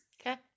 Okay